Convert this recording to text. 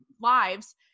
lives